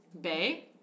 Bay